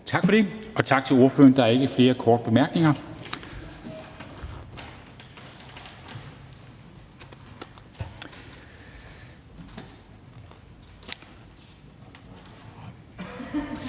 Tak for det, og tak til ordføreren. Der er ikke flere korte bemærkninger.